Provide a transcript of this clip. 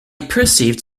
perceived